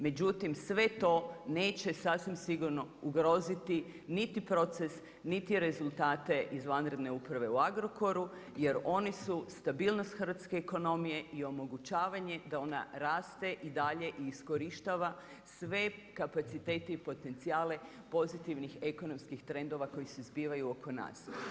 Međutim, sve to neće sasvim sigurno ugroziti, niti proces, niti rezultate izvanredne uprave u Agrokoru, jer oni su stabilnost hrvatske ekonomije i omogućavanje da ona raste i dalje i iskorištava, sve kapacitete i potencijale pozitivnih ekonomskih trendova koji se zbivaju oko nas.